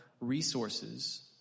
resources